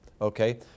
okay